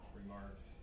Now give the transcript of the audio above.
remarks